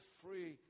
free